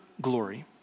glory